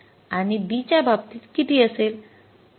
आणि B च्या बाबतीत किती असेल